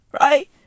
Right